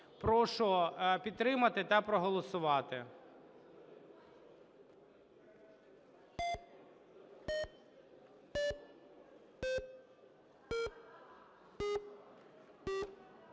Прошу підтримати та проголосувати.